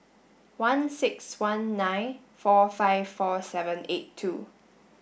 one six one nine four five four seven eight two